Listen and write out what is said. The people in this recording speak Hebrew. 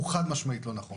זה חד משמעית לא נכון.